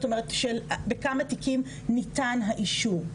בכמה תיקים ניתן האישור?